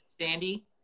Sandy